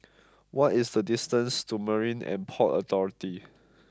what is the distance to Marine And Port Authority